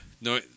No